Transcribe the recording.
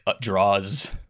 draws